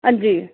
हां जी